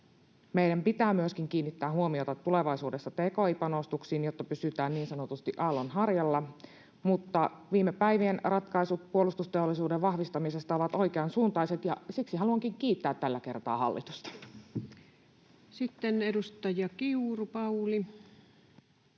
Meidän pitää myöskin kiinnittää huomiota tulevaisuudessa tki-panostuksiin, jotta pysytään niin sanotusti aallonharjalla, mutta viime päivien ratkaisut puolustusteollisuuden vahvistamisesta ovat oikeansuuntaiset, ja siksi haluankin kiittää tällä kertaa hallitusta. [Speech 304] Speaker: